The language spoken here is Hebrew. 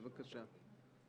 בבקשה.